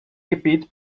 gebiet